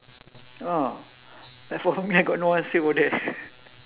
oh as for me I got no one say about that